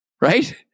Right